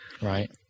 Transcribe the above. Right